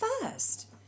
first